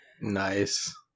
Nice